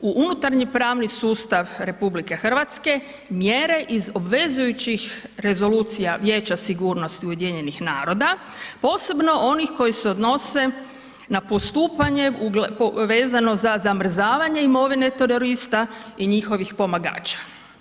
u unutarnji pravni sustav Republike Hrvatske mjere iz obvezujućih rezolucija Vijeća sigurnosti Ujedinjenih naroda, posebno onih koji se odnose na postupanje vezano za zamrzavanje imovine terorista i njihovih pomagača.